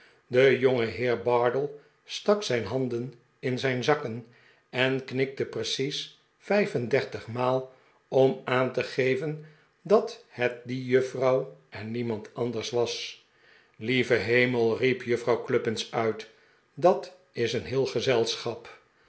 de jongeheer bardell stak zijn handen in zijn zakken en knikte precies vijf en dertig maal om aan te geven dat het die juffrouw en niemand anders was lieve hemel riep juffrouw cluppins uit dat is een heel gezelschap